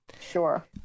sure